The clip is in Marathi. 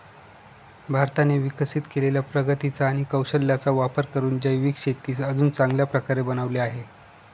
भारताने विकसित केलेल्या प्रगतीचा आणि कौशल्याचा वापर करून जैविक शेतीस अजून चांगल्या प्रकारे बनवले आहे